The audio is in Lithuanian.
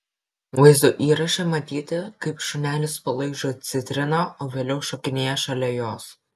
vaizdo įraše matyti kaip šunelis palaižo citriną o vėliau šokinėja šalia jos